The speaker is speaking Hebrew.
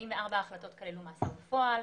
- 84 החלטות כללו מאסר בפועל,